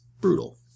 brutal